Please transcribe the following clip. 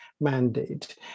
mandate